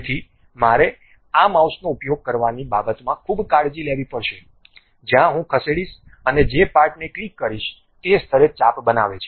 તેથી મારે આ માઉસનો ઉપયોગ કરવાની બાબતમાં ખૂબ કાળજી લેવી પડશે જ્યાં હું ખસેડીશ અને જે પાર્ટને ક્લિક કરીશ તે સ્તરે ચાપ બનાવે છે